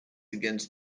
against